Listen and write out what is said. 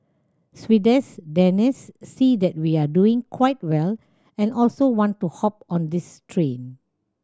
Swedes Danes see that we are doing quite well and also want to hop on this train